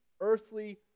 earthly